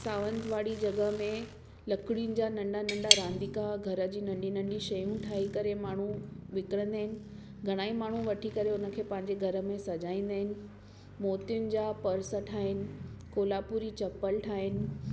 सावंतवाड़ी जॻह में लकिड़ियुनि जा नंढा नंढा रांदिका घर जी नंढी नंढी शयूं ठाहे करे माण्हू विकणंदा आहिनि घणई माण्हू वठी करे हुन खे पंहिंजे घरनि में सजाईंदा आहिनि मोतियुनि जा पर्स ठाहिनि कोल्हापुरी चंपल ठाहिनि